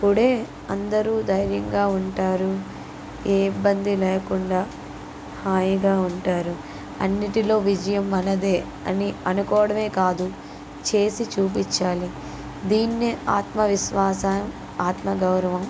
అప్పుడే అందరూ ధైర్యంగా ఉంటారు ఏ ఇబ్బంది లేకుండా హాయిగా ఉంటారు అన్నిటిలో విజయం మనదే అని అనుకోడమే కాదు చేసి చూపిచ్చాలి దీన్నే ఆత్మవిశ్వాస ఆత్మగౌరవం